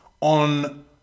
on